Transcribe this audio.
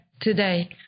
today